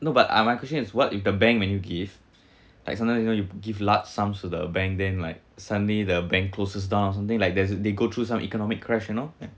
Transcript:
no but uh my question is what if the bank when you give like sometimes you know you give large sums to the bank then like suddenly the bank closes down or something like that they go through some economic crash you know